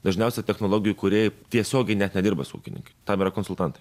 dažniausiai technologijų kūrėjai tiesiogiai net nedirba su ūkininkais tam yra konsultantai